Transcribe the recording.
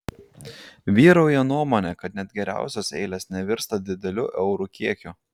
vyrauja nuomonė kad net geriausios eilės nevirsta dideliu eurų kiekiu